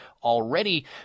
already